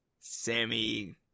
Sammy